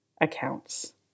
accounts